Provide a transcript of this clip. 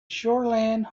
shoreland